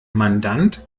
mandant